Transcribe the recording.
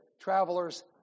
travelers